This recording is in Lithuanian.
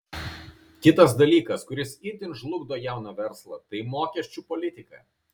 kitas dalykas kuris itin žlugdo jauną verslą tai mokesčių politika